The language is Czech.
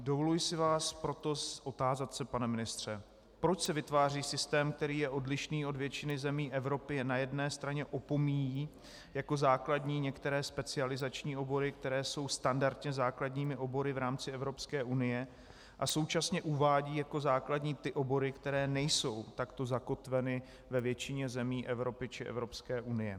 Dovoluji si vás proto otázat se, pane ministře: Proč se vytváří systém, který je odlišný od většiny zemí Evropy a na jedné straně opomíjí jako základní některé specializační obory, které jsou standardně základními obory v rámci EU, a současně uvádí jako základní ty obory, které nejsou takto zakotveny ve většině zemí Evropy či EU?